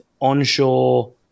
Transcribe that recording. onshore